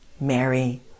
Mary